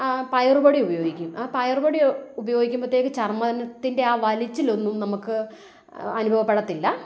പയറു പൊടി ഉപയോഗിക്കും ആ പയറു പൊടി ഉപയോഗിക്കുമ്പോഴത്തേക്ക് ആ ചർമ്മത്തിൻ്റെ ആ വലിച്ചിലൊന്നും നമുക്ക് അനുഭവപ്പെടത്തില്ല